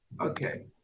Okay